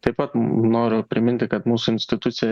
taip pat noriu priminti kad mūsų institucija